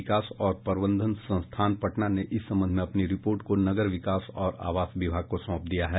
विकास और प्रबंधन संस्थान पटना ने इस संबंध में अपनी रिपोर्ट को नगर विकास और आवास विभाग को सौंप दिया है